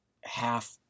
half